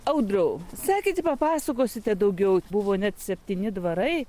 audriau sekėt papasakosite daugiau buvo net septyni dvarai